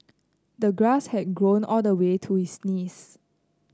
the grass had grown all the way to his knees